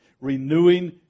Renewing